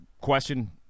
question